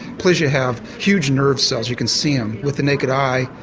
aplysia have huge nerve cells, you can see them with the naked eye,